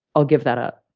i'll give that up.